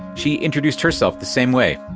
she introduced herself the same way.